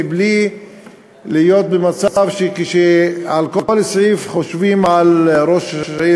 מבלי להיות במצב שעל כל סעיף חושבים על ראש עיר